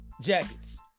jackets